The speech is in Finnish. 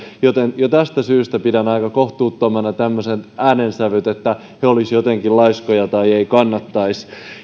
joten jo tästä syystä pidän aika kohtuuttomina tämmöisiä äänensävyjä että he olisivat jotenkin laiskoja tai heistä tämä ei kannattaisi